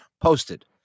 posted